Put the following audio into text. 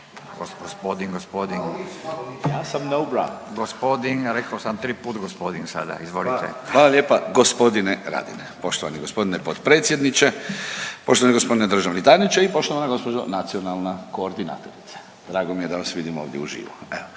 Hvala lijepa gospodine Radine. Poštovani gospodine potpredsjedniče poštovani gospodine državni tajniče i poštovana gospođo nacionalna koordinatorice, drago mi je da vas vidim ovdje u živo